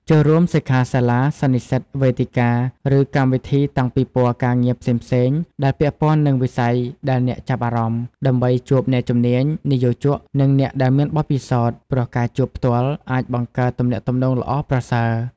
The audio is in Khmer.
ចូលរួមសិក្ខាសាលា សន្និសីទ វេទិកា ឬកម្មវិធីតាំងពិពណ៌ការងារផ្សេងៗដែលពាក់ព័ន្ធនឹងវិស័យដែលអ្នកចាប់អារម្មណ៍ ដើម្បីជួបអ្នកជំនាញ និយោជក និងអ្នកដែលមានបទពិសោធន៍ ព្រោះការជួបផ្ទាល់អាចបង្កើតទំនាក់ទំនងល្អប្រសើរ។